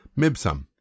Mibsam